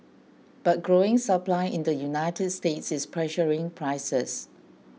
but growing supply in the United States is pressuring prices